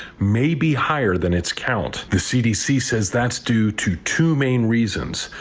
may be higher than its count. the cdc says that's due to two main reasons.